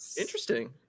interesting